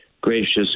Gracious